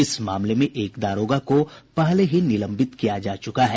इस मामले में एक दारोगा को पहले ही निलंबित किया जा चुका है